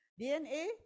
DNA